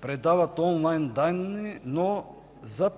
предават онлайн данни, но за